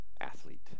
athlete